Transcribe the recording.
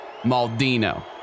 Maldino